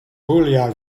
puglia